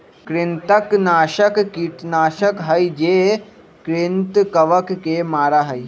कृंतकनाशक कीटनाशक हई जो कृन्तकवन के मारा हई